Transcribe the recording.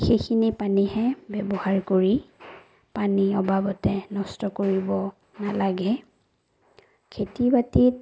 সেইখিনি পানীহে ব্যৱহাৰ কৰি পানী অবাবতে নষ্ট কৰিব নালাগে খেতি বাতিত